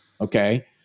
Okay